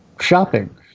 shopping